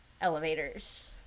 elevators